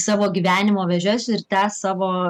savo gyvenimo vėžes ir tęs savo